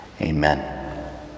Amen